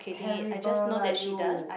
terrible lah you